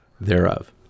thereof